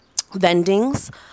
vendings